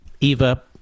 Eva